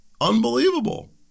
Unbelievable